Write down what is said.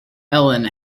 ellen